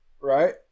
Right